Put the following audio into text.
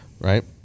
Right